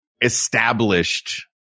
established